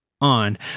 on